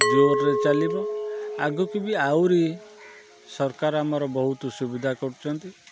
ଜୋରରେ ଚାଲିବ ଆଗୁକୁ ବି ଆହୁରି ସରକାର ଆମର ବହୁତ ସୁବିଧା କରୁଛନ୍ତି